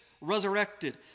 Resurrected